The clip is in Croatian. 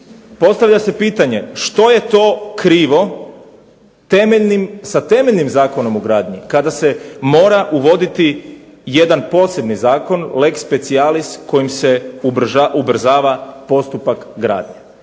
postavlja se pitanje što je to krivo temeljnim, sa temeljnim Zakonom o gradnji kada se mora uvoditi posebni zakon, leg specialis kojim se ubrzava postupak gradnje.